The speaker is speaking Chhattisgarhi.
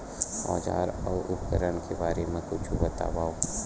औजार अउ उपकरण के बारे मा कुछु बतावव?